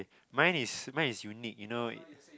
mine is mine is unique you know